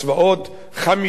חמישה צבאות ערביים,